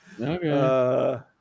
Okay